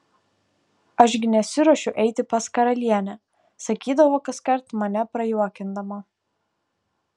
aš gi nesiruošiu eiti pas karalienę sakydavo kaskart mane prajuokindama